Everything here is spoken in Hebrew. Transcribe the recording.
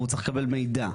הוא צריך לקבל מידע.